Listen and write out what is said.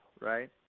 right